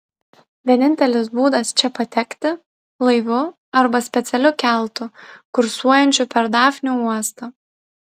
vienintelis būdas čia patekti laivu arba specialiu keltu kursuojančiu per dafnių uostą